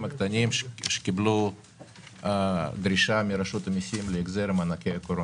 הקטנים שקיבלו דרישה מרשות המסים להחזר מענקי הקורונה.